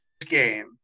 game